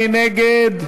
מי נגד?